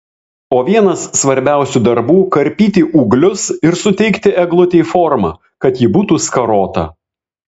o vienas svarbiausių darbų karpyti ūglius ir suteikti eglutei formą kad ji būtų skarota